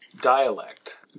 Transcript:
dialect